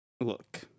Look